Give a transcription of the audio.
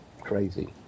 crazy